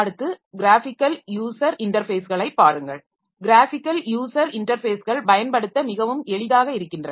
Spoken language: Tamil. அடுத்து க்ராஃபிக்கல் யூஸர் இன்டர்ஃபேஸ்களை பாருங்கள் க்ராஃபிக்கல் யூஸர் இன்டர்ஃபேஸ்கள் பயன்படுத்த மிகவும் எளிதாக இருக்கின்றன